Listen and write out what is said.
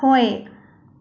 ꯍꯣꯏ